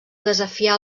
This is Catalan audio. desafiar